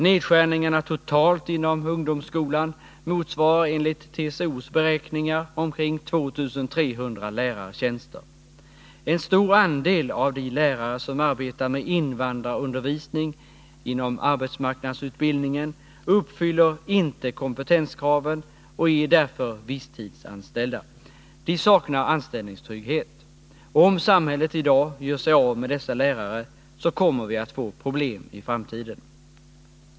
Nedskärningarna totalt inom ungdomsskolan motsvarar enligt TCO:s beräkningar omkring 2 300 lärartjänster. En stor andel av de lärare som arbetar med invandrarundervisning inom arbetsmarknadsutbildningen uppfyller inte kompetenskraven och är därför visstidsanställda. De saknar anställningstrygghet. Om samhället i dag gör sig av med dessa lärare, så kommer vi att få problem i framtiden.